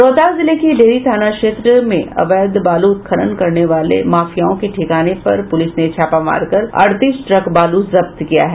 रोहतास जिले के डेहरी नगर थाना क्षेत्र में अवैध बालू उत्खनन करने वाले माफियाओं के ठिकाने पर पुलिस ने छापा मारकर अड़तीस ट्रक बालू जब्त किया है